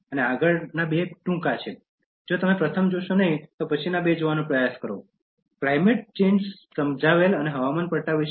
આગળનાં બે ખૂબ ટૂંકા છે જો તમે પ્રથમ જોશો નહીં તો પછીના બે જોવાનો પ્રયાસ કરો - Climate Change Explained and What You Can Do About Climate Change